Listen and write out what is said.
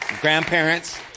grandparents